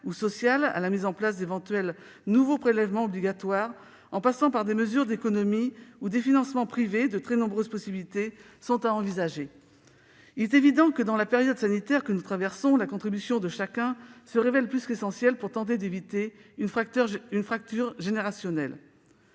ou sociales à la mise en place d'éventuels nouveaux prélèvements obligatoires, en passant par des mesures d'économies ou des financements privés, de très nombreuses possibilités sont à envisager. Il est évident que, dans la période sanitaire que nous traversons, la contribution de chacun se révèle plus qu'essentielle pour tenter d'éviter une fracture générationnelle.